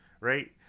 right